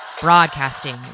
Broadcasting